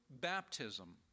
baptism